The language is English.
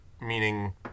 meaning